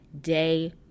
day